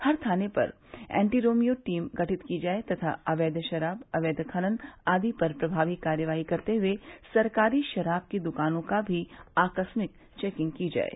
हर थाने पर anti Romeo team गठित किया जाये तथा अवैध शराब अवैध खनन आदि पर प्रभावी कार्यवाही करते हुए सरकारी शराब की दुकानों का भी आकस्मिक चेकिंग की जाये